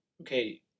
okay